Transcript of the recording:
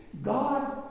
God